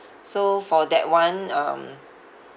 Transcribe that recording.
so for that [one] um